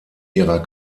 ihrer